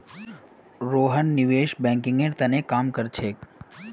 रोहन निवेश बैंकिंगेर त न काम कर छेक